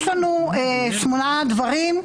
יש לנו שמונה דברים.